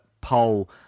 Poll